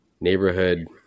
neighborhood